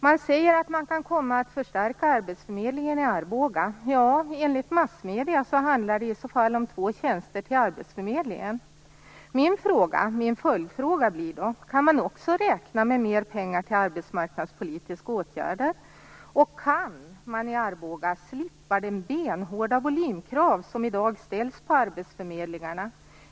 Man säger att man kan komma att förstärka arbetsförmedlingen i Arboga. Enligt massmedierna handlar det i så fall om två tjänster till arbetsförmedlingen. Min följdfråga blir då: Kan man också räkna med mer pengar till arbetsmarknadspolitiska åtgärder? Och kan man i Arboga slippa de benhårda volymkrav som i dag ställs på arbetsförmedlingarna?